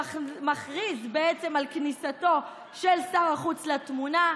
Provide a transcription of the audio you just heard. שמכריז בעצם על כניסתו של שר החוץ לתמונה,